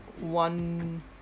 one